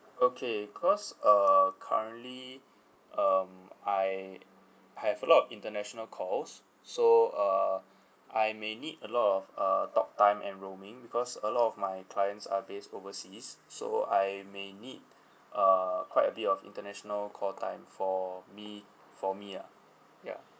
okay cause uh currently um I have a lot of international calls so uh I may need a lot of uh talktime and roaming because a lot of my clients are based overseas so I may need uh quite a bit of international call time for me for me ah ya